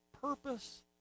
purpose